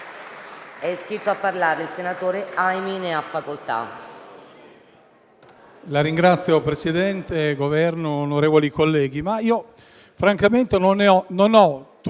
È iscritto a parlare il senatore Aimi. Ne ha facoltà.